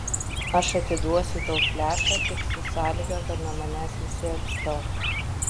aš atiduosiu tau flešą tik su sąlyga kad nuo manęs visi atstos